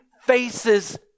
faces